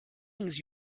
things